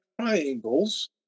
triangles